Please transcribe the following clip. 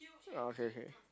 oh K K